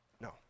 No